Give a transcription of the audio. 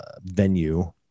venue